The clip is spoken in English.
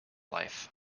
life